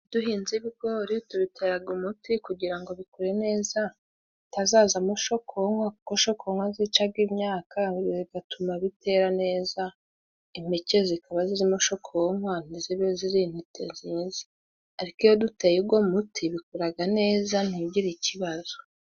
Iyo duhinze ibigori tubiteraga umuti kugira ngo bikure neza bitazazamo shokonkwa kuko shokonkwa zicaga imyaka bigatuma bitera neza, impeke zikaba zirimo shokonkwa ntizibe ziri intete nziza, ariko iyo duteye ugo muti, bikuraga neza ntibigire ikibazo.